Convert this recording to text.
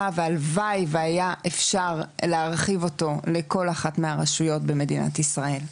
והלוואי והיה אפשר להרחיב אותו לכל אחת מהרשויות במדינת ישראל.